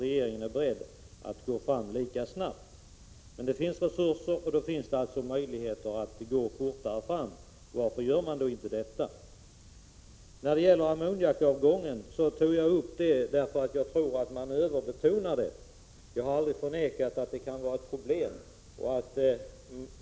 Det finns resurser och det finns möjligheter att gå fortare fram — och därför undrar jag varför regeringen inte är beredd att göra det. Jag tog upp ammoniakavgången därför att jag tror att den överbetonas. Jag har aldrig förnekat att detta kan var ett problem.